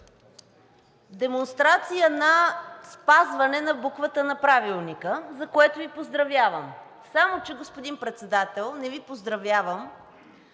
Демонстрация на спазване на буквата на Правилника, за което Ви поздравявам. Само че, господин Председател, не Ви поздравявам